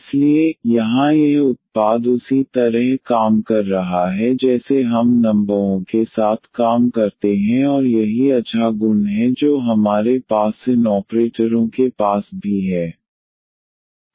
इसलिए यहां यह उत्पाद उसी तरह काम कर रहा है जैसे हम नंबर ओं के साथ काम करते हैं और यही अच्छा गुण है जो हमारे पास इन ऑपरेटरों के पास भी है